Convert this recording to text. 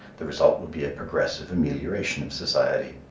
the result would be a progressive amelioration of society,